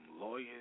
lawyers